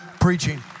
preaching